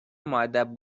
مودب